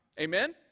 Amen